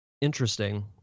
Interesting